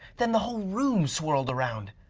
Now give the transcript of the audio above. then the whole room swirled around.